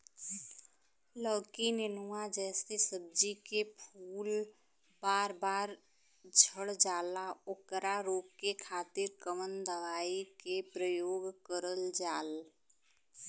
लौकी नेनुआ जैसे सब्जी के फूल बार बार झड़जाला ओकरा रोके खातीर कवन दवाई के प्रयोग करल जा?